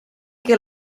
que